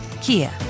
Kia